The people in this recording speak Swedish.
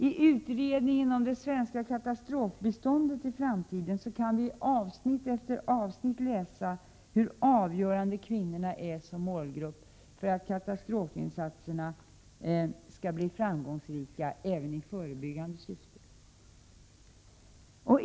I utredningen om det svenska katastrofbiståndet i framtiden kan vi i avsnitt efter avsnitt läsa hur avgörande kvinnorna är som målgrupp för att katastrofinsatserna skall bli framgångsrika även i förebyggande syfte.